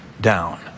down